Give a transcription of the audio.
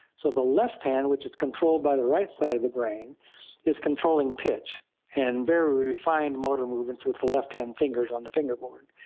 so the left hand which is controlled by the right side of the brain is controlling pitch and very refined motor movements with the left-hand fingers on the fingerboard.